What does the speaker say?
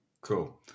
Cool